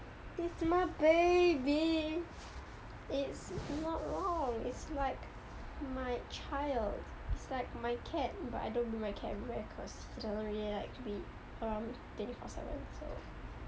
it's my baby it's not wrong it's like my child it's like my cat but I don't bring my cat everywhere cause he doesn't really like to be around me twenty four seven so